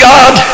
God